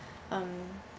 um